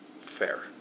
Fair